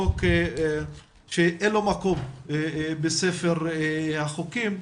חוק שאין לו מקום בספר החוקים.